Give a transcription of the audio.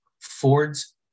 Ford's